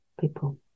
people